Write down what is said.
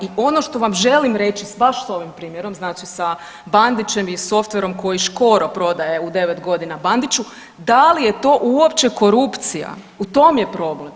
I ono što vam želim reći baš s ovim primjerom, znači s Bandićem i softverom koji Škoro prodaje u 9.g. Bandiću, da li je to uopće korupcija, u tom je problem.